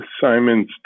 Simon's